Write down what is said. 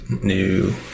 new